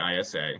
ISA